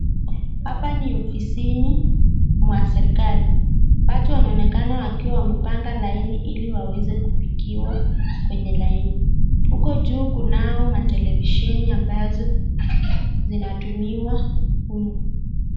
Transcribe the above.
Hapa ni ofisini mwa serikali. Watu wanaonekana wakiwa wamepanga laini ili waweze kufikiwa kwenye laini. Huku juu kunao matelevisheni ambavyo vinatumiwa humu.